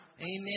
Amen